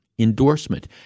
endorsement